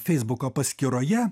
feisbuko paskyroje